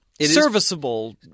Serviceable